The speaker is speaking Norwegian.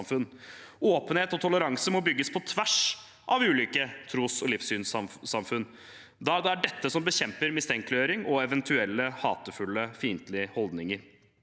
Åpenhet og toleranse må bygges på tvers av ulike tros- og livssynssamfunn da det er dette som bekjemper mistenkeliggjøring og eventuelle hatefulle, fiendtlige holdninger.